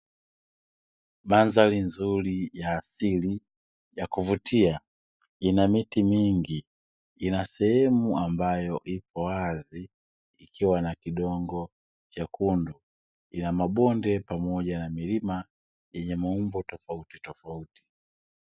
Mandhari nzuri ya asili ya kuvutia, ina miti mingi. Ina sehemu ambayo iko wazi ikiwa na kidongo chekundu. Ina mabonde pamoja na milima yenye maumbo tofautitofauti.